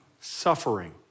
suffering